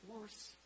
worse